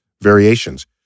variations